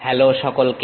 hello সকলকে